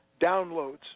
downloads